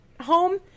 home